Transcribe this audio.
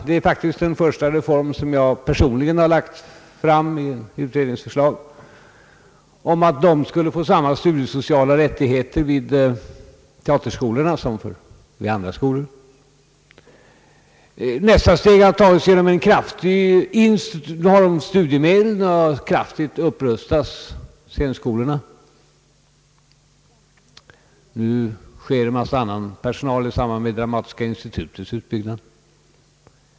Det är faktiskt den första reform som jag personligen lagt fram i ett utredningsförslag om att man skulle få samma studiesociala rättigheter vid teaterskolorna som vid andra skolor. Nästa steg har tagits genom en kraftig upprustning av studiemedlen vid scenskolorna. Nu sker en mängd andra förbättringar i samband med dramatiska institutets utbyggnad.